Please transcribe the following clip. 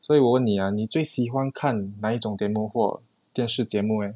所以我问你呀你最喜欢看哪一种 demo 或电视节目 leh